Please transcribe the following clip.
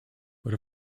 but